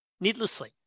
needlessly